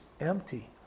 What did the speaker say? empty